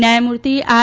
ન્યાયમૂર્તિ આર